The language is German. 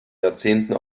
jahrzehnten